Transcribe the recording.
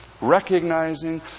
recognizing